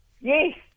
Yes